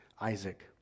Isaac